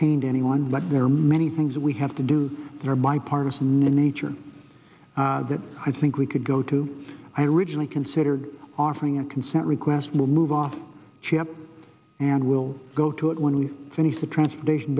pain to anyone but there are many things we have to do there bipartisan in nature that i think we could go to i originally considered offering a consent request move off chip and we'll go to it when we finish the transportation